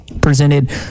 presented